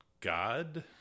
god